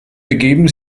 begeben